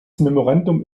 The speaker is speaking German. memorandum